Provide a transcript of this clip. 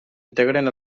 integren